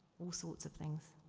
all sorts of things.